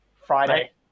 Friday